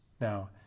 Now